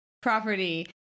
property